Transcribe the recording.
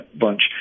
bunch